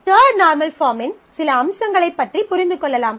third normal பாஃர்ம்மின் சில அம்சங்களைப் புரிந்து கொள்ளலாம்